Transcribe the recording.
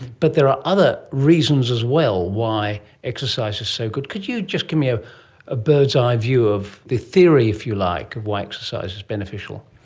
but there are other reasons as well why exercise is so good. could you just give me a ah bird's eye view of the theory, if you like, of why exercise is beneficial?